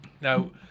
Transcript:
Now